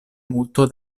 multo